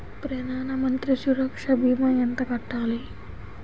ప్రధాన మంత్రి సురక్ష భీమా ఎంత కట్టాలి?